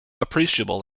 appreciable